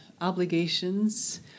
obligations